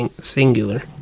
singular